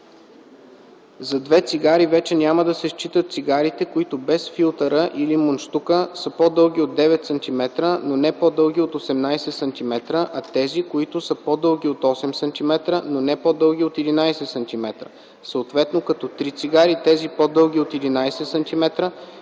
за две цигари вече няма да се считат цигарите, които без филтъра или мундщука са по-дълги от 9 см, но не по-дълги от 18 см, а тези, които са по-дълги от 8 см, но не по-дълги от 11 см, съответно като три цигари – тези по-дълги от 11 см,